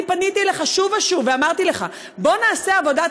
אני פניתי אליך שוב ושוב ואמרתי לך: בוא נעשה עבודת